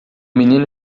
menino